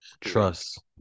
Trust